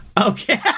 Okay